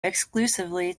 exclusively